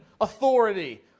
authority